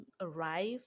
arrive